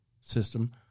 system